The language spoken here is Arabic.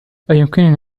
أيمكنني